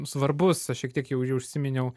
svarbus aš šiek tiek jau jau ir užsiminiau